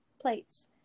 plates